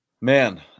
Man